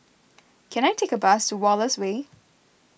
can I take a bus to Wallace Way